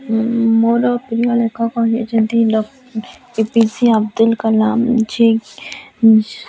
ମୋର ପ୍ରିୟ ଲେଖକ ହେଉଛନ୍ତି A P J Abdul Kalam G